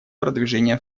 продвижения